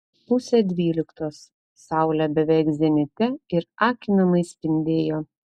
pusė dvyliktos saulė beveik zenite ir akinamai spindėjo